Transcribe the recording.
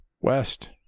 west